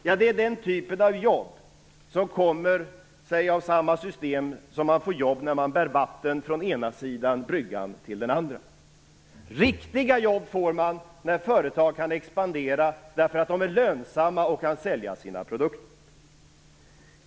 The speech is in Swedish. Ja, samma typ av jobb som när man bär vatten från ena sidan bryggan till den andra. Riktiga jobb får man när företag kan expandera därför att de är lönsamma och kan sälja sina produkter.